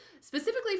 specifically